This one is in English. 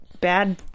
bad